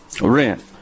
rent